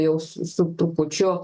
jau su su trupučiu